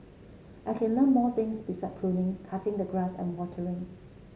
I can learn more things beside pruning cutting the grass and watering